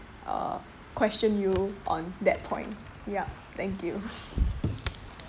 uh question you on that point yup thank you